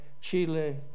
Chile